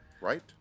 right